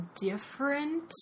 different